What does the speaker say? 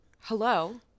hello